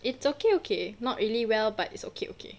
it's okay okay not really well but it's okay okay